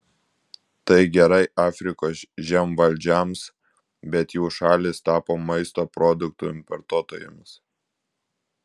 tai gerai afrikos žemvaldžiams bet jų šalys tapo maisto produktų importuotojomis